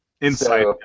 insight